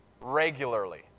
regularly